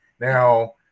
Now